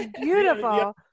beautiful